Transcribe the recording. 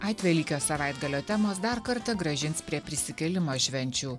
atvelykio savaitgalio temos dar kartą grąžins prie prisikėlimo švenčių